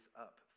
up